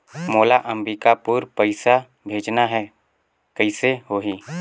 मोला अम्बिकापुर पइसा भेजना है, कइसे होही?